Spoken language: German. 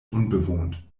unbewohnt